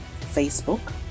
Facebook